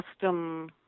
custom